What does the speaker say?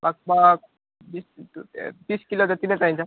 pork पर्क बिस kilo तिस किलो जति नै चाहिन्छ